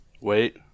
Wait